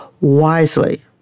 wisely